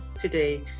today